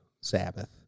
Sabbath